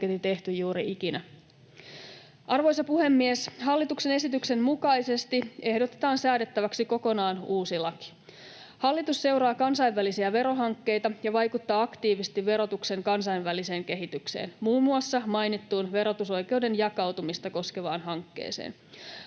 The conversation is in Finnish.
tehty juuri ikinä. Arvoisa puhemies! Hallituksen esityksen mukaisesti ehdotetaan säädettäväksi kokonaan uusi laki. Hallitus seuraa kansainvälisiä verohankkeita ja vaikuttaa aktiivisesti verotuksen kansainvälisen kehitykseen, muun muassa mainittuun verotusoikeuden jakautumista koskevaan hankkeeseen.